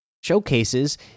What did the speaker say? showcases